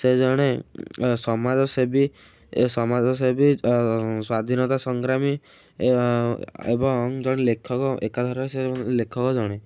ସେ ଜଣେ ସମାଜସେବୀ ଏ ସମାଜସେବୀ ସ୍ୱାଧୀନତା ସଂଗ୍ରାମୀ ଏବଂ ଜଣେ ଲେଖକ ଏକାଧାରରେ ସେ ଲେଖକ ଜଣେ